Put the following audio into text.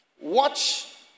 Watch